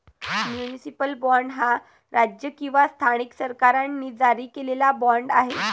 municipal bond हा राज्य किंवा स्थानिक सरकारांनी जारी केलेला बाँड आहे